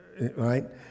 Right